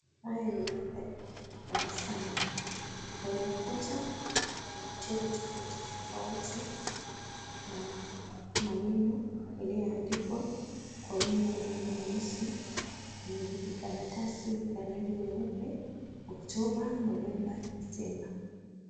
Haya ni mandari ya darasani. Kwenye ukuta, kuna michoro tofauti tofauti na maneno yaliyoandikwa kwa wino wa rangi nyeusi, kwenye vijikaratasi vya rangi nyeupe. Oktoba, Novemba, Disemba.